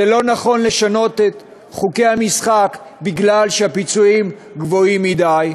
זה לא נכון לשנות את חוקי המשחק מפני שהפיצויים גבוהים מדי.